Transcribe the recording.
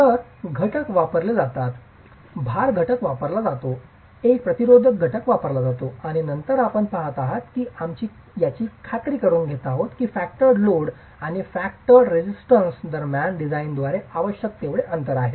तर घटक वापरले जातात भार घटक वापरला जातो एक प्रतिरोधक घटक वापरला जातो आणि नंतर आपण पहात आहात की आम्ही याची खात्री करुन घेत आहोत की फॅक्टरर्ड लोड आणि फॅक्टरर्ड रेझिस्टन्स दरम्यानच्या डिझाइनद्वारे आवश्यक तेवढे अंतर आहे